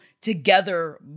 together